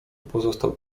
pozostał